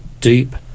deep